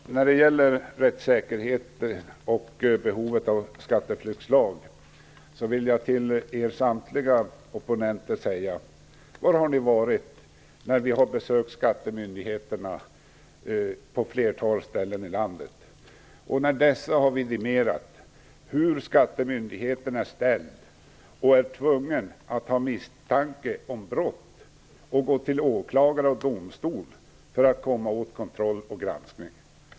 Fru talman! När det gäller rättssäkerhet och behovet av en skatteflyktslag vill jag till er samtliga opponenter säga: Var har ni varit när vi har besökt skattemyndigheter på ett flertal ställen i landet? Dessa har vidimerat att skattemyndigheten är ställd, att man är tvungen att ha misstanke om brott och gå till åklagare och domstol för att komma åt kontroll och granskning.